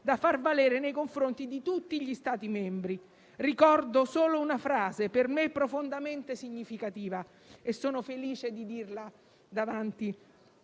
da far valere nei confronti di tutti gli Stati membri. Voglio ricordare solo una frase, per me profondamente significativa, e sono felice di dirla davanti